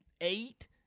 eight